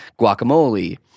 guacamole